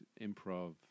improv